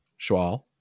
Schwal